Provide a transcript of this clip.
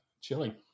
chilling